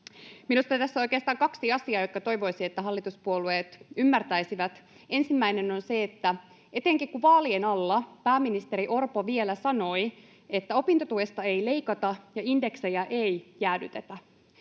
Minusta tässä on oikeastaan kaksi asiaa, jotka toivoisi, että hallituspuolueet ymmärtäisivät. Ensimmäinen on se, että etenkin kun vaalien alla pääministeri Orpo vielä sanoi, että opintotuesta ei leikata ja indeksejä ei jäädytetä,